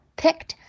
picked